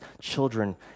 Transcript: children